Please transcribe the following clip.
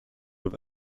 with